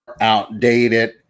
outdated